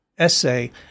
essay